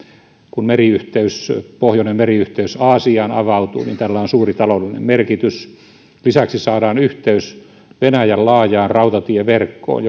kun pohjoinen meriyhteys aasiaan avautuu niin tällä on suuri taloudellinen merkitys lisäksi saadaan yhteys venäjän laajaan rautatieverkkoon